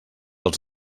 als